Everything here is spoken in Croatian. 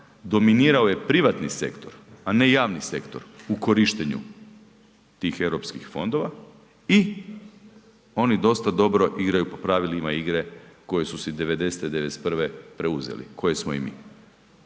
dominirao je privatni sektor, a ne javni sektor, u korištenju tih Europskih fondova i oni dosta dobro igraju po pravilima igre koju su '90., '91. preuzeli, koje smo i mi.